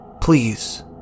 Please